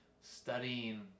studying